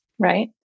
Right